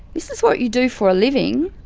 this is what you do for a living.